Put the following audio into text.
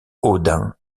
odin